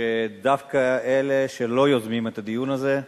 דווקא אלה שלא יוזמים את הדיון הזה.